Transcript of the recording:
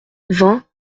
vingt